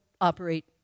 operate